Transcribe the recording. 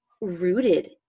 rooted